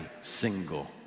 single